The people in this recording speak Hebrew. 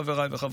חבריי וחברותיי.